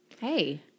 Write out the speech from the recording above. Hey